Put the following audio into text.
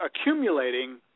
accumulating